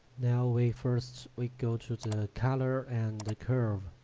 now we first we go to to the color and the curve